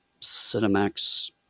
Cinemax